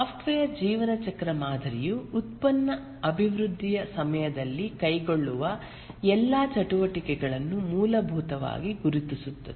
software ಜೀವನ ಚಕ್ರ ಮಾದರಿಯು ಉತ್ಪನ್ನ ಅಭಿವೃದ್ಧಿಯ ಸಮಯದಲ್ಲಿ ಕೈಗೊಳ್ಳುವ ಎಲ್ಲಾ ಚಟುವಟಿಕೆಗಳನ್ನು ಮೂಲಭೂತವಾಗಿ ಗುರುತಿಸುತ್ತದೆ